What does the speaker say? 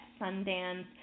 Sundance